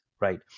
right